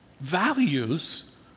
Values